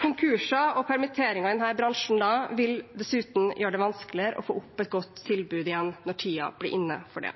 Konkurser og permitteringer i denne bransjen vil dessuten gjøre det vanskeligere å få opp et godt tilbud igjen når tiden er inne for det.